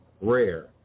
rare